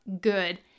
good